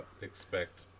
expect